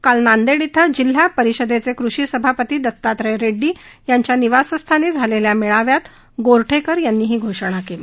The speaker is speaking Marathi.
काल नांदेड ििं जिल्हा परिषदेचे कृषी सभापती दत्तात्रय रेड्डी यांच्या निवासस्थानी झालेल्या मेळाव्यात गोरठेकर यांनी ही घोषणा केली